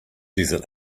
desert